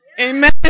Amen